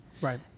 Right